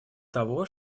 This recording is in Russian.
того